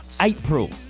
April